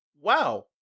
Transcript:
Wow